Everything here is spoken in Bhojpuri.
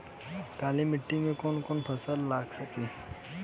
काली मिट्टी मे कौन कौन फसल लाग सकेला?